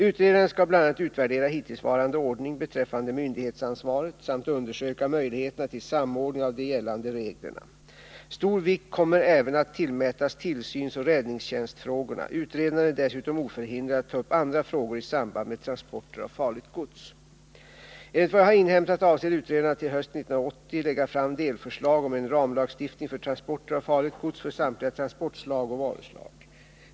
Utredaren skall bl.a. utvärdera hittillsvarande ordning beträffande myndighetsansvaret samt undersöka möjligheterna till samordning av de gällande reglerna. Stor vikt kommer även att tillmätas tillsynsoch räddningstjänstfrågorna. Utredaren är dessutom oförhindrad att ta upp andra frågor i samband med transporter av farligt gods. Enligt vad jag har inhämtat avser utredaren att till hösten 1980 lägga fram delförslag om en ramlagstiftning för transporter av farligt gods för samtliga transportslag och varuslag.